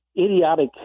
idiotic